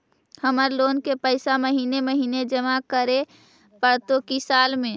हमर लोन के पैसा महिने महिने जमा करे पड़तै कि साल में?